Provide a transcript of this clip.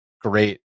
great